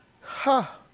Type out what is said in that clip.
Ha